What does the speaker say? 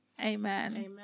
Amen